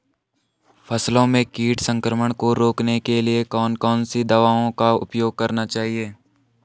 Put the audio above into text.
फसलों में कीट संक्रमण को रोकने के लिए कौन कौन सी दवाओं का उपयोग करना चाहिए?